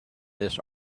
this